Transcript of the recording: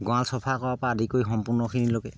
গঁৱাল চফা কৰাৰপৰা আদি কৰি সম্পূৰ্ণখিনিলৈকে